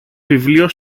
βιβλίο